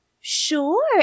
Sure